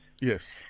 Yes